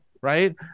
right